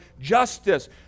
justice